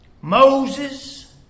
Moses